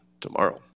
tomorrow